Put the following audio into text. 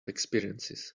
experiences